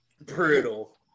Brutal